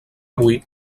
avui